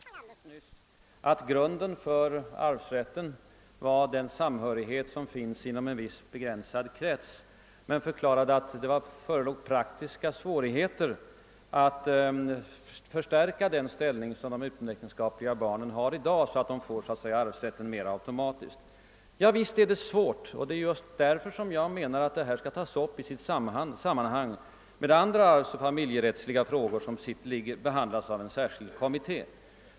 Herr talman! Herr Romanus erkände alldeles nyss att grunden för arvsrätten var den samhörighet som finns inom en viss begränsad krets men förklarade att det förelåg praktiska svårigheter att förstärka den ställning som de utomäktenskapliga barnen i dag har så att de får arvsrätten så att säga mer automatiskt. Visst är det svårt, och det är just därför som jag menar att frågan skall tas upp i sitt sammanhang tillsammans med de andra familjerättsliga frågor som behandlas av en särskild kommitté.